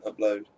upload